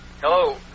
Hello